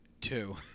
Two